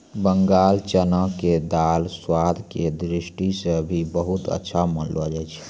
बंगाल चना के दाल स्वाद के दृष्टि सॅ भी बहुत अच्छा मानलो जाय छै